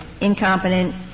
incompetent